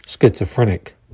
schizophrenic